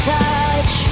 touch